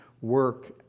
work